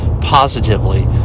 positively